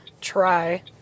Try